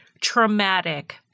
traumatic